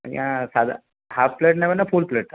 ଆଜ୍ଞା ସାଧା half plate ନେବେ ନା ଫୁଲ ପ୍ଲେଟଟା